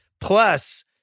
plus